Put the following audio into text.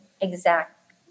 exact